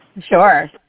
Sure